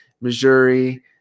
Missouri